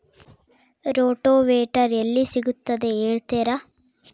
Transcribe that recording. Rotavator ಎಲ್ಲಿ ಸಿಗುತ್ತದೆ ಹೇಳ್ತೇರಾ?